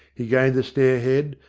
he gained the stair-head,